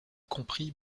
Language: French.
compris